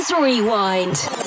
Rewind